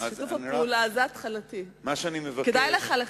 זו ההתחלה, כדאי לך לחכות.